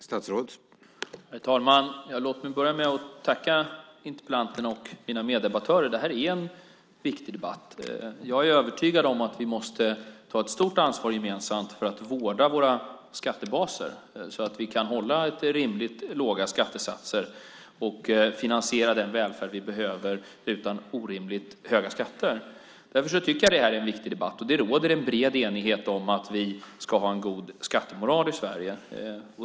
Herr talman! Låt mig börja med att tacka interpellanten och mina meddebattörer. Detta är en viktig debatt. Jag är övertygad om att vi måste ta ett stort gemensamt ansvar för att vårda våra skattebaser så att vi kan hålla rimligt låga skattesatser och finansiera den välfärd vi behöver utan orimligt höga skatter. Därför tycker jag att detta är en viktig debatt. Det råder en bred enighet om att vi ska ha en god skattemoral i Sverige.